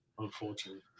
Unfortunately